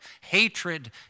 Hatred